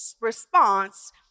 response